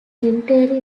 entirely